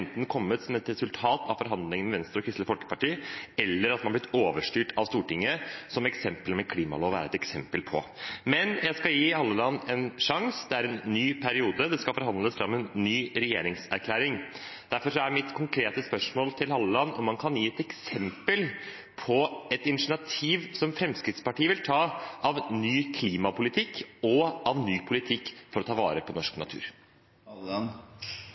kommet som et resultat av forhandlingene med Venstre og Kristelig Folkeparti eller at man har blitt overstyrt av Stortinget, noe klimaloven er et eksempel på. Men jeg skal gi Halleland en sjanse. Det er en ny periode, det skal forhandles fram en ny regjeringserklæring. Derfor er mitt konkrete spørsmål til Halleland om han kan gi et eksempel på et initiativ som Fremskrittspartiet vil ta når det gjelder ny klimapolitikk og ny politikk for å ta vare på norsk